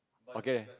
okay